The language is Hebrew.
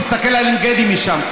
תסתכל קצת על עין גדי משם,